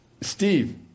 Steve